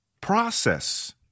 process